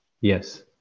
Yes